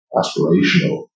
aspirational